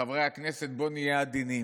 חברי הכנסת: בואו נהיה עדינים,